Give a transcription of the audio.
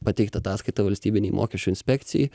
pateikt ataskaitą valstybinei mokesčių inspekcijai